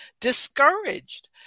discouraged